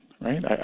right